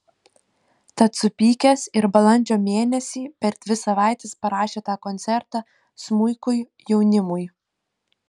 tad supykęs ir balandžio mėnesį per dvi savaites parašė tą koncertą smuikui jaunimui